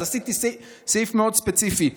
אז עשיתי סעיף ספציפי מאוד.